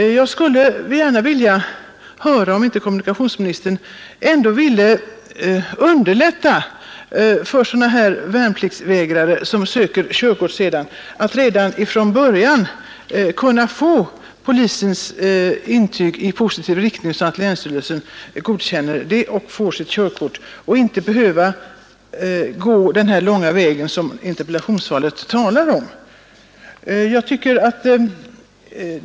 Jag skulle vilja fråga om inte kommunikationsministern vill försöka underlätta för värnpliktsvägrare som söker körkort efter det att de avtjänat sitt straff att redan i första instans, dvs. av polismyndigheten, få sin lämplighet tillstyrkt, så att länsstyrelsen godkänner körkortsansökan. Därigenom kan de få sina körkort utan att behöva gå den långa väg som kommunikationsministern talar om i sitt svar.